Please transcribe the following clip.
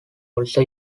also